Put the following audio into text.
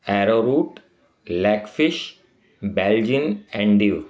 arrowroot lungfish Belgian endive